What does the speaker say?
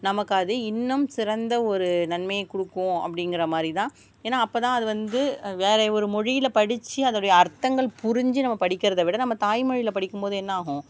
நமக்கு அது இன்னும் சிறந்த ஒரு நன்மையை கொடுக்கும் அப்படிங்குற மாதிரி தான் ஏன்னால் அப்போதான் அது வந்து வேறு ஒரு மொழியில் படிச்சு அதோடைய அர்த்தங்கள் புரிஞ்சு நம்ம படிக்கிறத விட நம்ம தாய்மொழியில் படிக்கும் போது என்ன ஆகும்